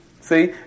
See